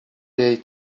jej